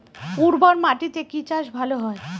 উর্বর মাটিতে কি চাষ ভালো হয়?